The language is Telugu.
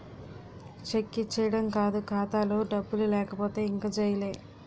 చెక్ ఇచ్చీడం కాదు ఖాతాలో డబ్బులు లేకపోతే ఇంక జైలే